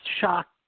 shocked